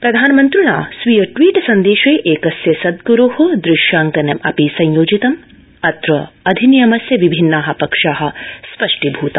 प्रधानमन्त्रिणा स्वीय ट्वीट् सन्देशे एकस्य सद्ग्रो दृश्यांकनमपि संयोजितम् अत्र अधिनियमस्य विभिन्ना पक्षा स्पष्टीभूता